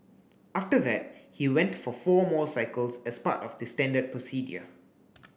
after that he went for four more cycles as part of the standard procedure